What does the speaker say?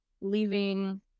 leaving